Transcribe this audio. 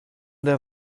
der